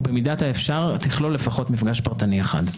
ובמידת האפשר תכלול לפחות מפגש פרטני אחד.